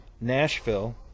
Nashville